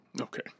Okay